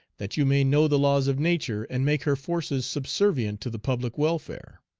that you may know the laws of nature, and make her forces subservient to the public welfare.